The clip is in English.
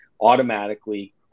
automatically